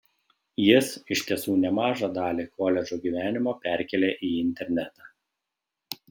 jis iš tiesų nemažą dalį koledžo gyvenimo perkėlė į internetą